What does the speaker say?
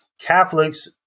Catholics